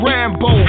Rambo